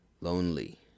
lonely